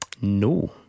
no